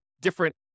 different